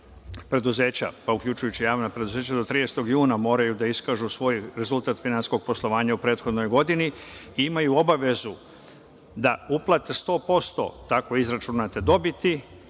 preduzeća, pa uključujući javna preduzeća do 30. juna moraju da iskažu svoj rezultat finansijskog poslovanja u prethodnoj godini i imaju obavezu da uplate 100%, tako je izračunato, dobiti,